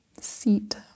seat